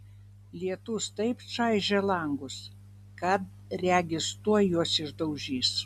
lietus taip čaižė langus kad regis tuoj juos išdaužys